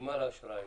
כפי שאמרתי קודם,